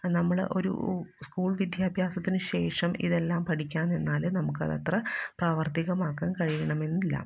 നമ്മൾ ഒരു സ്കൂള് വിദ്യാഭ്യാസത്തിന് ശേഷം ഇതെല്ലാം പഠിക്കാന് നിന്നാൽ നമുക്കതത്ര പ്രാവര്ത്തികമാക്കാന് കഴിയണമെന്നില്ല